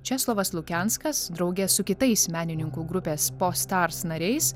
česlovas lukenskas drauge su kitais menininkų grupės post ars nariais